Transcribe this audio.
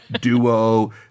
duo